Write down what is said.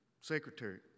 secretary